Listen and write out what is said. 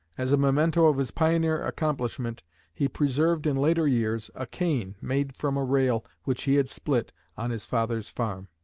as a memento of his pioneer accomplishment he preserved in later years a cane made from a rail which he had split on his father's farm.